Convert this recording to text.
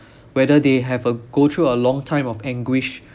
whether they have uh go through a long time of anguish